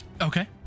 Okay